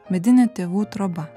medinė tėvų troba